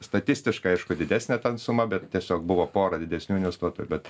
statistiškai aišku didesnė ten suma bet tiesiog buvo pora didesnių investuotojų bet